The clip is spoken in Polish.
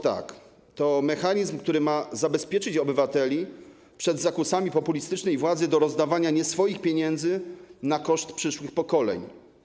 To mechanizm, który ma zabezpieczyć obywateli przed zakusami populistycznej władzy do rozdawania nie swoich pieniędzy na koszt przyszłych pokoleń.